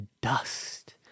dust